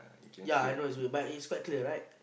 yea I know but it's quite clear right